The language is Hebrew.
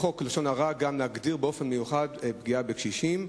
בחוק לשון הרע גם להגדיר באופן מיוחד פגיעה בקשישים.